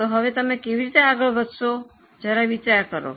તો હવે તમે કેવી રીતે આગળ વધશો જરા વિચાર કરો